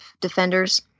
Defenders